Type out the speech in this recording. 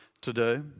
today